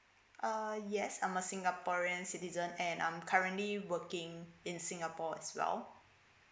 uh yes I'm a singaporean citizen and I'm currently working in singapore as well